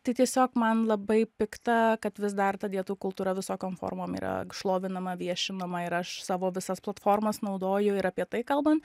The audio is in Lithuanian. tai tiesiog man labai pikta kad vis dar ta dietų kultūra visokiom formom yra šlovinama viešinama ir aš savo visas platformas naudoju ir apie tai kalban